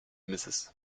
mrs